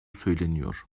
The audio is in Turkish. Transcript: söyleniyor